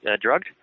drugged